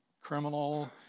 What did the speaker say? criminal